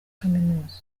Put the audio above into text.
kaminuza